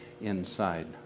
inside